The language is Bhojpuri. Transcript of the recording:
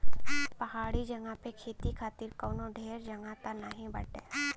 पहाड़ी जगह पे खेती खातिर कवनो ढेर जगही त नाही बाटे